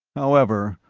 however,